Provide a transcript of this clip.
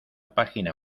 página